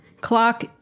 clock